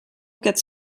quatre